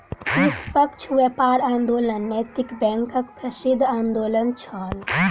निष्पक्ष व्यापार आंदोलन नैतिक बैंकक प्रसिद्ध आंदोलन छल